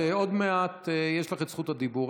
עוד מעט יש לך את זכות הדיבור.